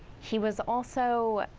he was also,